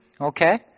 Okay